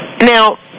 Now